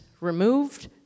removed